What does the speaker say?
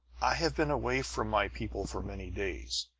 i have been away from my people for many days,